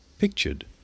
pictured